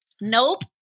Nope